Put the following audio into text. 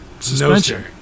suspension